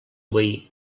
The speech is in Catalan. veí